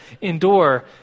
endure